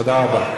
תודה רבה.